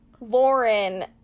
Lauren